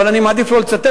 אני מעדיף לא לצטט.